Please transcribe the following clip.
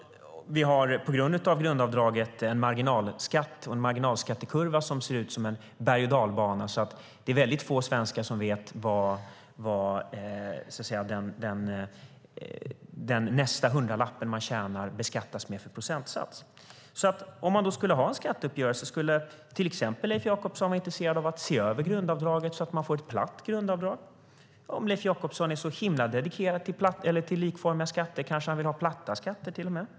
Vi har på grund av grundavdraget en marginalskattekurva som ser ut som en bergochdalbana, så det är väldigt få svenskar som vet vilken procentsats som nästa hundralapp man tjänar beskattas med. Om man skulle ha en skatteuppgörelse, skulle Leif Jakobsson då till exempel vara intresserad av att se över grundavdraget, så att man får ett platt grundavdrag? Om Leif Jakobsson är så himla dedikerad till likformiga skatter kanske han till och med vill ha platta skatter.